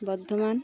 Bardhaman